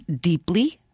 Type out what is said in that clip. deeply –